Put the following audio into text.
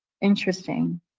Interesting